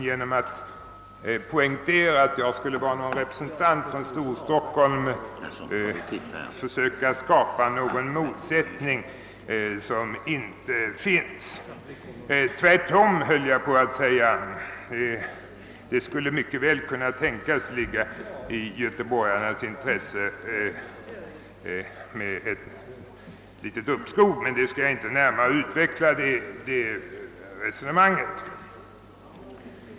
Genom att poängtera att jag skulle vara representant för Storstockholm vill herr Hugosson liksom framhålla att jag skulle försöka skapa en motsättning som inte finns mellan Stockholm och Göteborg. Tvärtom, höll jag på att säga; ett litet uppskov skulle mycket väl kunna tänkas ligga i göteborgarnas intresse, men jag skall inte närmare utveckla det resonemanget.